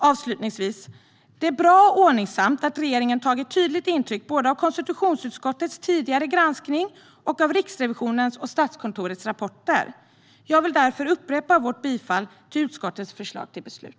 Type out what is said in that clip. Avslutningsvis: Det är bra och ordningsamt att regeringen har tagit tydligt intryck både av konstitutionsutskottets tidigare granskning och av Riksrevisionens och Statskontorets rapporter. Jag vill därför upprepa vårt bifall till utskottets förslag till beslut.